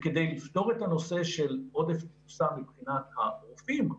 וכדי לפתור את הנושא של עודף תפוסה מבחינת הרופאים,